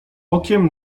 okiem